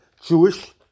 Jewish